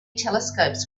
telescopes